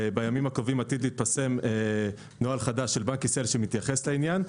בימים הקרובים עתיד להתפרסם נוהל חדש של בנק ישראל שמתייחס לעניין.